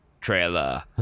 trailer